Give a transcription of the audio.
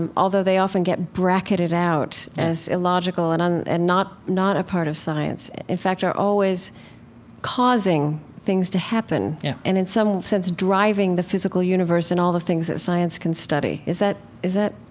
and although they often get bracketed out as illogical and and and not not a part of science, in fact are always causing things to happen yeah and in some sense, driving the physical universe and all the things that science can study. is that is that